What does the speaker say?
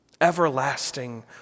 Everlasting